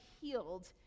healed